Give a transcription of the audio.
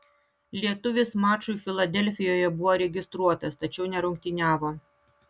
lietuvis mačui filadelfijoje buvo registruotas tačiau nerungtyniavo